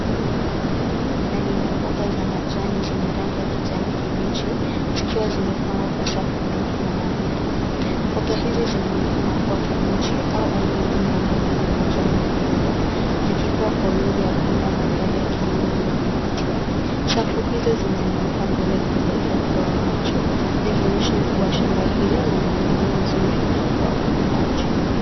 Hii ni kubwa na lina mboga za majani zenye rangi ya kijani kibichi zikiwa zimepangwa kwa safu ndefu na nadhifu, mboga hizi zinaonekana kua ni kabichi au aina ngine ya mboga yenye majani makubwa zikikua kwa wingi ya kuunda mandhari ya kilimo yenye kuvutia.